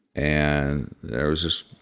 and there was this